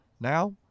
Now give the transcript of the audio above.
Now